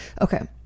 okay